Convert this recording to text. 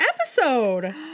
episode